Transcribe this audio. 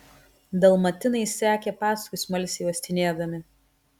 dalmatinai sekė paskui smalsiai uostinėdami